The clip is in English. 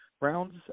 rounds